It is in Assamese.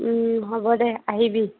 হ'ব দে আহিবি